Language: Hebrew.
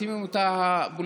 מעצימים אותה פוליטיקאים,